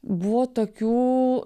buvo tokių